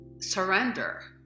surrender